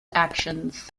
actions